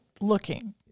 looking